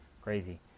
crazy